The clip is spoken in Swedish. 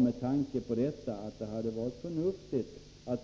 Med tanke på detta tycker jag att det hade varit förnuftigt att